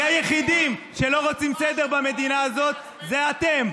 והיחידים שלא רוצים סדר במדינה הזאת זה אתם.